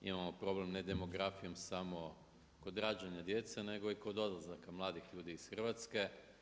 Imamo problem ne demografijom samo kod rađanja djece, nego i kod odlazaka mladih ljudi iz Hrvatske.